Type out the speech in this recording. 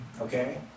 okay